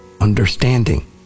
understanding